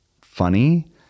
funny